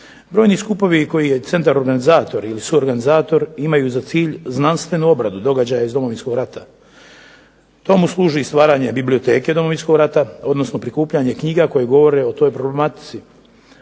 Brojni skupovi kojih je centar organizator ili suorganizator imaju za cilj znanstvenu obradu događaja iz Domovinskog rata. Tomu služi stvaranje biblioteke Domovinskog rata odnosno prikupljanje knjiga koje govore o toj problematici.